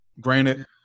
Granted